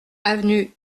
avenue